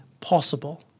possible